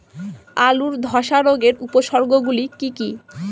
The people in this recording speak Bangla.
আলুর ধ্বসা রোগের উপসর্গগুলি কি কি?